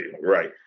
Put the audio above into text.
Right